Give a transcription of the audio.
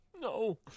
No